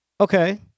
Okay